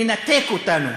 לנתק אותנו